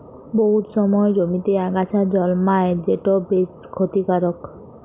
বহুত সময় জমিতে আগাছা জল্মায় যেট বেশ খ্যতিকারক